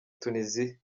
tunisia